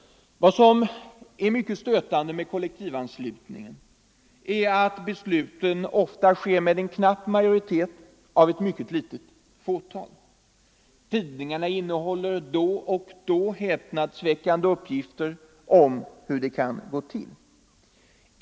Vad som även är störande är att besluten om kollektivanslutning så ofta fattas med knapp majoritet av ett litet fåtal. Tidningarna innehåller då och då häpnadsväckande uppgifter om hur det kan gå till.